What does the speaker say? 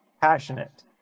passionate